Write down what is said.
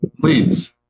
Please